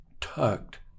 tucked